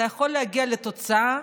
אתה יכול להגיע לתוצאה,